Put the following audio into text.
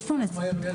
ניב.